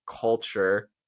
culture